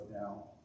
now